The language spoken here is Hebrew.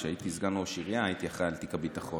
אז כשהייתי סגן ראש עירייה הייתי אחראי לתיק הביטחון.